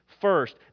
first